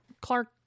Clark